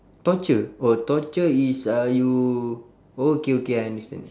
torture oh torture is uh you okay okay I understand